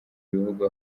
ibihugu